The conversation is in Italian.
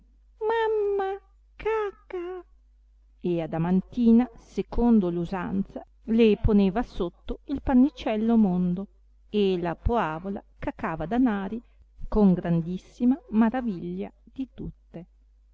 mamma caca e adamantina secondo l usanza le poneva sotto il pannicello mondo e la poavola cacava danari con grandissima maraviglia di tutte